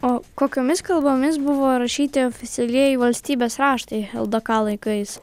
o kokiomis kalbomis buvo rašyti oficialieji valstybės raštai ldk laikais